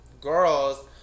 girls